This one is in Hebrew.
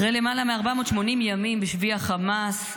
אחרי למעלה מ-480 ימים בשבי החמאס,